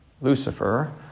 Lucifer